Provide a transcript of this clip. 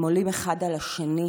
הם עולים אחד על השני.